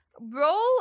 Roll